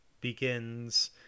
begins